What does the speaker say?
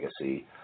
legacy